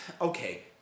okay